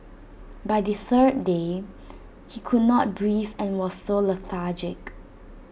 by the third day he could not breathe and was so lethargic